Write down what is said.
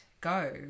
go